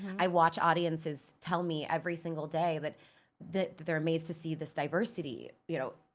i watch audiences tell me every single day that that they're amazed to see this diversity, you know?